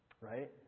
right